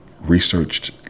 researched